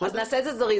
אז נעשה סבב זריז